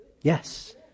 Yes